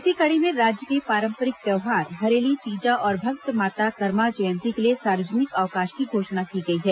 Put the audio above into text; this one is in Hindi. इसी कड़ी में राज्य के पारंपरिक त्यौहार हरेली तीजा और भक्त माता कर्मा जयंती के लिए सार्वजनिक अवकाश की घोषणा की गई है